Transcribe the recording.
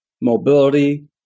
mobility